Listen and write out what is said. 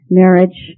marriage